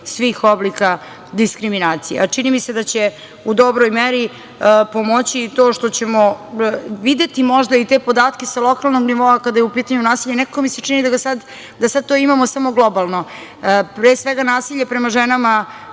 svih oblika diskriminacije. Čini mi se da će u dobroj meri pomoći to što ćemo videti možda i te podatke sa lokalnog nivoa, kada je u pitanju nasilje. Nekako mi se čini da sad to imamo samo globalno. Pre svega, nasilje prema ženama